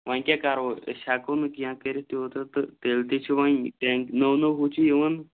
وۄنۍ کیٛاہ کَرو أسۍ ہٮ۪کو نہٕ کینٛہہ کٔرِتھ تیوٗتاہ تہٕ تیٚلہِ تہِ چھِ وۄنۍ ٹین نوٚو نوٚو ہُہ چھِ یِوان